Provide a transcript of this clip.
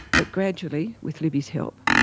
but gradually, with libby's help,